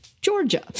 Georgia